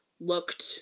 looked